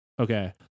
Okay